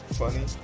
funny